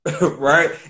right